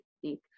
technique